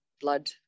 blood